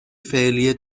فعلی